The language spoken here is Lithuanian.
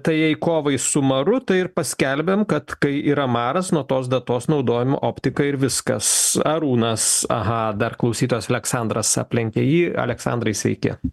tai jei kovai su maru tai ir paskelbiam kad kai yra maras nuo tos datos naudojam optiką ir viskas arūnas aha dar klausytojas aleksandras aplenkė jį aleksandrai sveiki